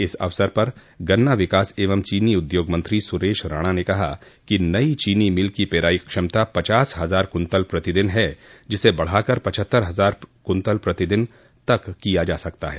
इस अवसर पर गन्ना विकास एवं चोनी उद्योग मंत्री सुरेश राणा ने कहा कि नई चीनी मिल की पेराई क्षमता पचास हजार कुंतल प्रतिदिन है जिसे बढ़ाकर पचहत्तर हजार कुंतल प्रतिदिन तक किया जा सकता है